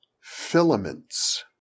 filaments